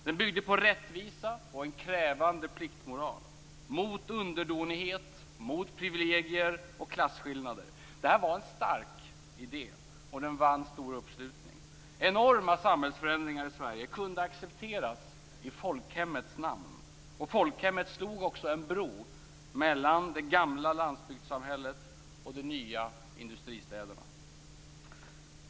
Den byggde på rättvisa och en krävande pliktmoral; mot underdånighet, mot privilegier och klasskillnader. Det var en stark idé, och den vann stor uppslutning. Enorma samhällsförändringar i Sverige kunde accepteras i folkhemmets namn. Folkhemmet slog också en bro mellan det gamla landsbygdssamhället och de nya industristäderna.